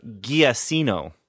Giacino